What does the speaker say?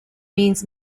means